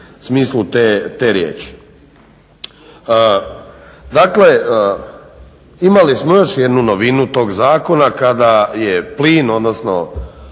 smislu te riječi. Dakle, imali smo još jednu novinu tog zakona, kada je plin odnosno